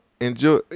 enjoy